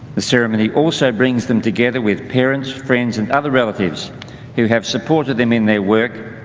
the ceremony also brings them together with parents friends and other relatives who have supported them in their work,